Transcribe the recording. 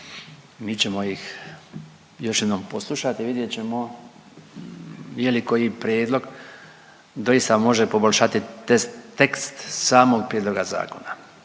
Mi ćemo ih još jednom poslušati, vidjet ćemo je li koji prijedlog doista može poboljšati tekst samoga prijedloga zakona.